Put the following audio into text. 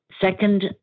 Second